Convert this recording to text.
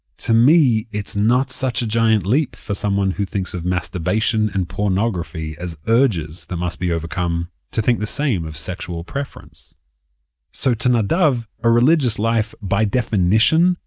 to me, it's not such a giant leap for someone who thinks of masturbation and pornography as urges that must be overcome, to think the same of sexual preference so to nadav, a religious life, by definition,